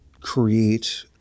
create